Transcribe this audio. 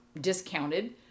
discounted